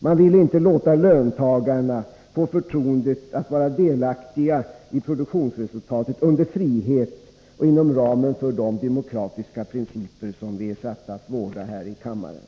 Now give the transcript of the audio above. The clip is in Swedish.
Man vill inte ge löntagarna förtroendet att vara delaktiga i produktionsresultatet under frihet och inom ramen för de demokratiska principer som vi är satta att vårda här i kammaren.